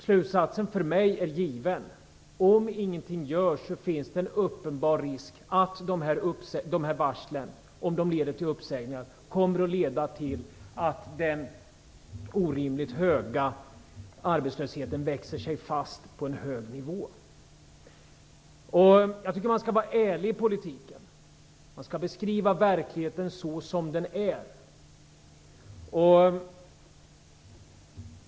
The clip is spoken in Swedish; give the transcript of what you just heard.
Slutsatsen för mig är given: Om ingenting görs finns en uppenbar risk att de här varslen, om de leder till uppsägningar, kommer att leda till att den orimligt höga arbetslösheten fastnar på en hög nivå. Jag tycker att man skall vara ärlig i politiken. Man skall beskriva verkligheten så som den är.